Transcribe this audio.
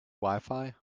wifi